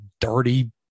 dirty